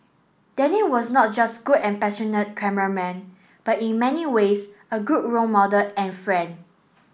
Danny was not just good and passionate cameraman but in many ways a good role model and friend